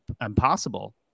impossible